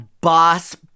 boss